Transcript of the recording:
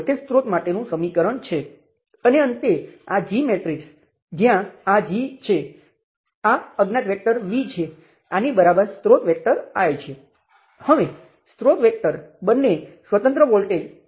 હવે I x હું અહીં બીજા ચલનો ઉપયોગ કરવા માંગતો નથી હું જાણું છું કે અહીં આ શાખામાં આ Ix I1 I3 છે